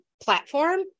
platform